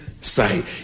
sight